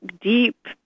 deep